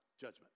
judgment